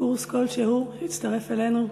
קורס כלשהו שהצטרף אלינו,